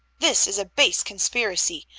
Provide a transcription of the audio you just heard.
this is a base conspiracy.